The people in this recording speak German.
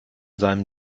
seinem